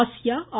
Asia ஆ